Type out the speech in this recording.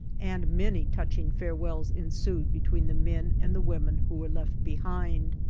and many touching farewells ensued between the men and the women who were left behind.